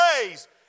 praise